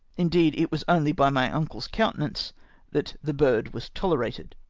indeed, it was only by my uncle's countenance that the bird was tolerated.